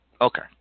Okay